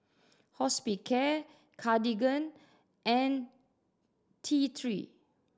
Hospicare Cartigain and T Three